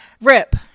Rip